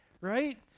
Right